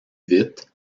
vite